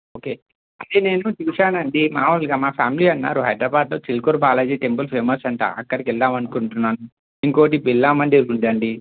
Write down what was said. okay అదే నేను చూశానండి మాములుగా మా ఫ్యామిలీ అన్నారు హైదరాబాద్ చిలుకూరు బాలాజీ టెంపుల్ ఫేమస్ అంట అక్కడకి వెళదాము అనుకుంటున్నాం ఇంకోటి బిర్లా మందిర్ ఉందండి